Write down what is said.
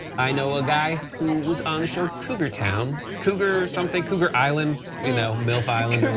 i know a guy who was on the show cougar town. cougar something, cougar island, you know milf island